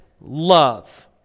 love